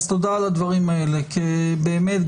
תודה על הדברים האלה כי באמת,